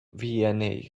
wna